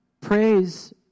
praise